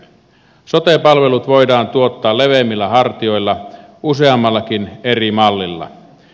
sote palvelut voidaan tuottaa leveimmillä hartioilla useammallakin eri mallilla